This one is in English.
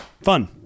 Fun